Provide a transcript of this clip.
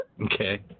Okay